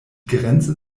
grenze